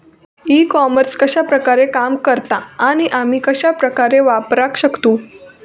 E commerce कश्या प्रकारे काम करता आणि आमी कश्या प्रकारे वापराक शकतू?